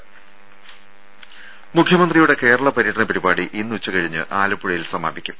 ദേദ മുഖ്യമന്ത്രിയുടെ കേരള പര്യടന പരിപാടി ഇന്ന് ഉച്ചകഴിഞ്ഞ് ആലപ്പുഴയിൽ സമാപിക്കും